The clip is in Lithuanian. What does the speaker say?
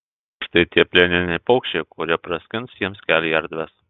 štai tie plieniniai paukščiai kurie praskins jiems kelią į erdves